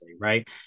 right